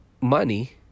money